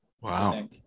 Wow